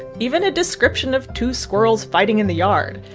even a description of two squirrels fighting in the yard,